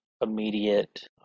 immediate